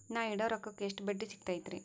ನಾ ಇಡೋ ರೊಕ್ಕಕ್ ಎಷ್ಟ ಬಡ್ಡಿ ಸಿಕ್ತೈತ್ರಿ?